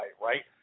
right